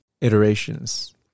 iterations